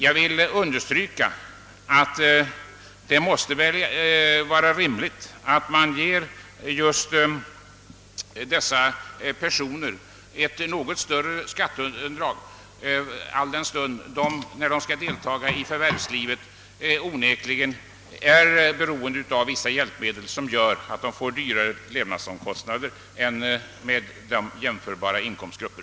Jag vill understryka att det väl måste vara rimligt att ge just dessa personer ett extra skatteavdrag, alldenstund de när de skall delta i förvärvslivet onekligen är beroende av vissa hjälpmedel som gör att de åsamkas högre levnadskostnader än med dem jämförbara befolkningsgrupper.